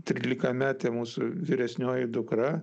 trylikametė mūsų vyresnioji dukra